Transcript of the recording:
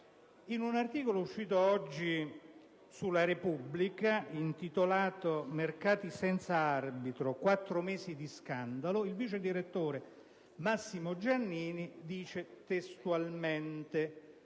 In un articolo uscito oggi sul quotidiano «la Repubblica», intitolato «Mercati senza arbitro: quattro mesi di scandalo», il vice direttore Massimo Giannini dice testualmente: